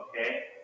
okay